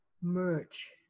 merge